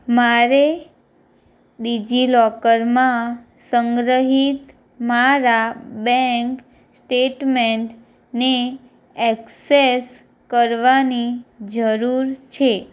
મારે ડીજીલોકરમાં સંગ્રહિત મારા બેંક સ્ટેટમેન્ટને એક્સેસ કરવાની જરુર છે